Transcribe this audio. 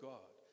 God